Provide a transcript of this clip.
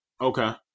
Okay